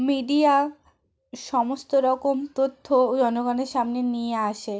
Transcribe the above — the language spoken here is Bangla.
মিডিয়া সমস্ত রকম তথ্যও জনগণের সামনে নিয়ে আসে